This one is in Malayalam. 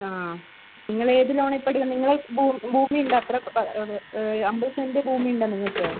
ആ നിങ്ങൾ ഏത് ലോൺ ആണ് ഇപ്പോൾ എടുക്കുന്നത് നിങ്ങൾ ഭൂ ഭൂമിയുണ്ടോ അത്ര അമ്പത് സെന്റ് ഭൂമിയുണ്ടോ നിങ്ങൾക്ക്